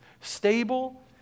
stable